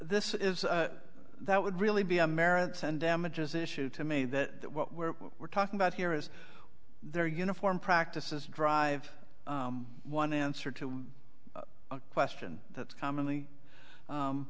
this is that would really be a merits and damages issue to me that where we're talking about here is there uniform practices drive one answer to a question that's commonly